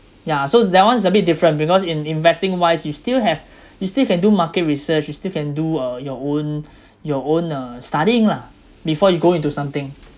yeah so that one is a bit different because in investing wise you still have you still can do market research you still can do uh your own your own uh studying lah before you go into something